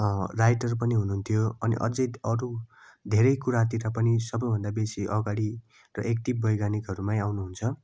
writer पनि हुनु हुन्थ्यो अनि अझ अरू धेरै कुरातिर पनि सबैभन्दा बेसी अगाडि एक्टिभ वैज्ञानिकहरूमै आउनु हुन्छ